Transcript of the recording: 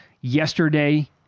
Yesterday